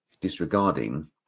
disregarding